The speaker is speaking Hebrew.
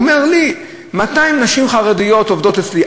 הוא אומר לי: 200 נשים חרדיות עובדות אצלי,